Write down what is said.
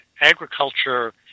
agriculture